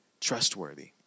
trustworthy